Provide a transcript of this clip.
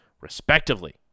respectively